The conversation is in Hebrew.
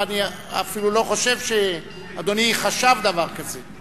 אני אפילו לא חושב שאדוני חשב דבר כזה.